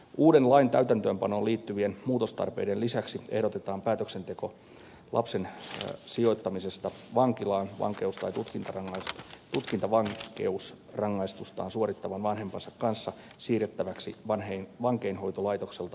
uuden lain täytäntöönpanoon liittyvien muutostarpeiden lisäksi ehdotetaan päätöksenteko lapsen sijoittamisesta vankilaan vankeus tai tutkintavankeusrangaistustaan suorittavan vanhempansa kanssa siirrettäväksi vankeinhoitolaitokselta lastensuojeluviranomaisille